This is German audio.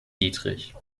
dietrich